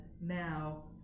now